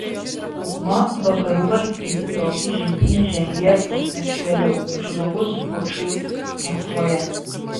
dauguma vakarų valstybių tokį žingsnį žengė pusmečiu vėliau žlugus pučui maskvoje